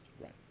right